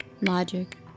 Logic